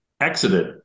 exited